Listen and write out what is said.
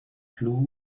blue